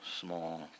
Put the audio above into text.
small